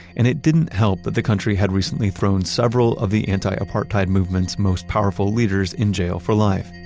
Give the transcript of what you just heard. and it didn't help that the country had recently thrown several of the anti-apartheid movements most powerful leaders in jail for life,